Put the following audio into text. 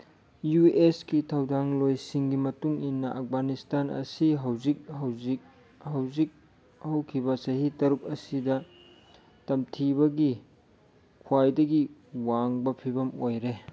U ꯑꯦꯁꯀꯤ ꯊꯧꯗꯥꯡꯂꯣꯏꯁꯤꯡꯒꯤ ꯃꯇꯨꯡꯏꯟꯅ ꯑꯞꯒꯥꯟꯅꯤꯁꯇꯥꯟ ꯑꯁꯤ ꯍꯧꯖꯤꯛ ꯍꯧꯖꯤꯛ ꯍꯧꯖꯤꯛ ꯍꯧꯈꯤꯕ ꯆꯍꯤ ꯇꯔꯨꯛ ꯑꯁꯤꯗ ꯇꯝꯊꯤꯕꯒꯤ ꯈ꯭ꯋꯥꯏꯗꯒꯤ ꯋꯥꯡꯕ ꯐꯤꯕꯝ ꯑꯣꯏꯔꯦ